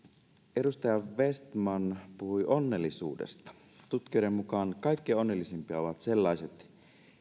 edustaja vestman puhui onnellisuudesta tutkijoiden mukaan kaikkein onnellisimpia ovat sellaiset